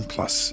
Plus